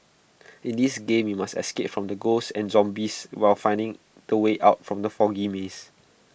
in this game you must escape from the ghosts and zombies while finding the way out from the foggy maze